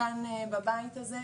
דיון שהתקיים כאן בבית הזה,